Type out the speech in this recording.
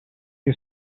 you